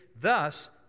Thus